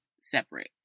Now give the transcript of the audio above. separate